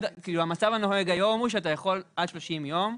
המצב הנוהג היום הוא שאתה יכול עד 30 יום,